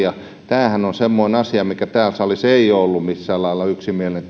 ja tämä autoveron poistohan on semmoinen asia mikä täällä salissa ei ole ollut millään lailla yksimielinen